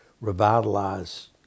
revitalize